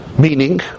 Meaning